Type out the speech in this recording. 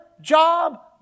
job